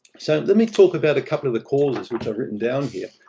so, let me talk about a couple of the causes, which i've written down here.